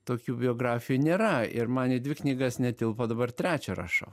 tokių biografijų nėra ir man į dvi knygas netilpo dabar trečią rašau